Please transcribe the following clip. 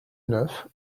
neuf